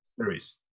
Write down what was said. series